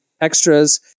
extras